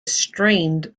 strained